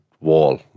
wall